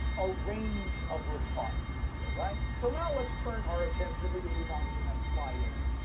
a range of responses here, right. so now let's turn our attention, if we could move on to the next slide, amy.